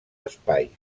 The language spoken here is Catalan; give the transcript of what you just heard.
espais